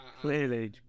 clearly